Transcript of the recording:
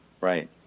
Right